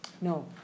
No